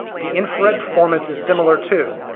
the infrared performance is similar too.